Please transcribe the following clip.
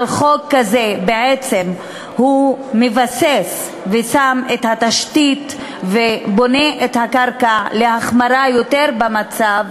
אבל חוק כזה בעצם מבסס ושם את התשתית ובונה את הקרקע להחמרה במצב,